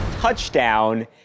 touchdown